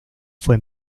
fue